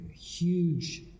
huge